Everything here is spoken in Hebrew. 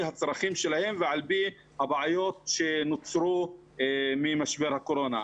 הצרכים שלהם ועל פי הבעיות שנוצרו ממשבר הקורונה.